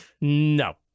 No